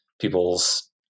people's